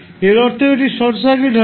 এর অর্থ এটি শর্ট সার্কিট হবে